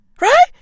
Right